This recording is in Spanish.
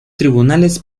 tribunales